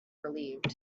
relieved